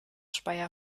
speyer